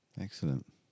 Excellent